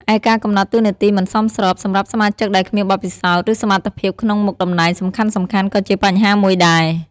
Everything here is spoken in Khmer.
ឯ ការកំណត់តួនាទីមិនសមស្រប សម្រាប់សមាជិកដែលគ្មានបទពិសោធន៍ ឬសមត្ថភាពក្នុងមុខតំណែងសំខាន់ៗក៏ជាបញ្ហាមួយដែរ។